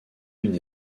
une